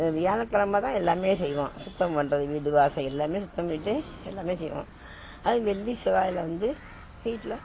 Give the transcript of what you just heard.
வியாழக்கெழம தான் எல்லாம் செய்வோம் சுத்தம் பண்ணுறது வீடு வாசல் எல்லாம் சுத்தம் பண்ணிட்டு எல்லாம் செய்வோம் அதே வெள்ளி செவ்வாயில் வந்து வீட்டில்